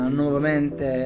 nuovamente